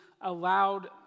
allowed